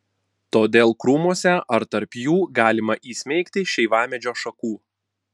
todėl krūmuose ar tarp jų galima įsmeigti šeivamedžio šakų